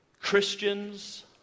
Christians